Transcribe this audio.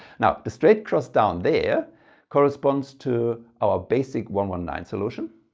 now the straight cross down there corresponds to our basic one one nine solution.